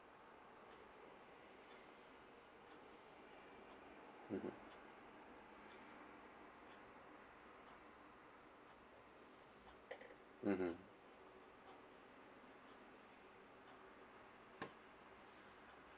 mmhmm mmhmm